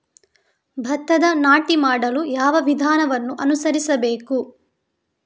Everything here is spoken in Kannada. ಭತ್ತದ ನಾಟಿ ಮಾಡಲು ಯಾವ ವಿಧಾನವನ್ನು ಅನುಸರಿಸಬೇಕು?